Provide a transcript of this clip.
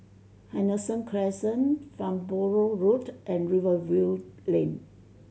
Henderson Crescent Farnborough Road and Rivervale Lane